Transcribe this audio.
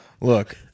Look